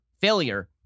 failure